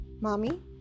mommy